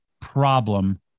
problem